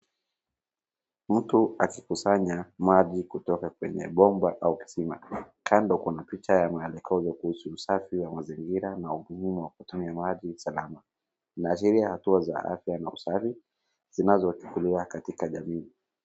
Mtu akikusanya maji kutoka kwenye bomba au kisima. Kando kuna picha ya maelekeo ya kuhusu usafi wa mzingira na umuhimu wa kutumia maji salama na zile hatu za afya na usafi zinazochukulia katika jamii.